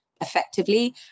effectively